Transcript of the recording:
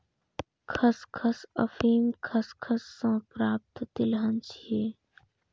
खसखस अफीम खसखस सं प्राप्त तिलहन छियै